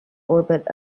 orbit